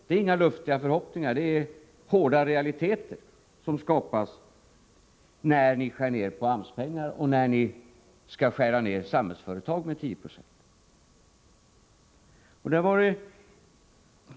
Det är inga luftiga förhoppningar utan hårda realiteter som skapas när ni skär ner på Samhällsföretags och AMS pengar med 10 9.